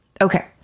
Okay